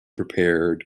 prepared